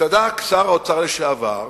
צדק שר האוצר לשעבר,